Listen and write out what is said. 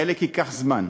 חלק ייקח זמן,